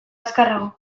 azkarrago